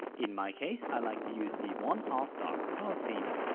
in my case i like to use the one half dark color theme.